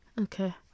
Okay